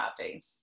happy